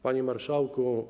Panie Marszałku!